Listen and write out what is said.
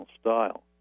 style